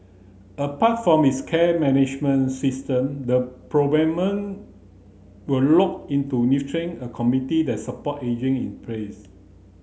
apart from its care management system the will lock into nurturing a community that support ageing in place